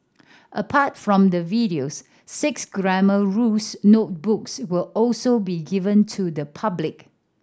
apart from the videos six Grammar Rules notebooks will also be given to the public